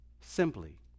simply